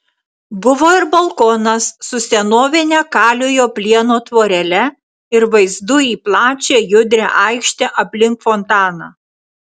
buvo ir balkonas su senovine kaliojo plieno tvorele ir vaizdu į plačią judrią aikštę aplink fontaną